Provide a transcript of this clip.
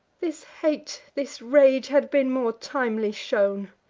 this hate, this rage, had been more timely shown.